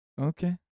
Okay